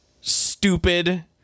stupid